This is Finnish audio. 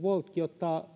woltkin ottavat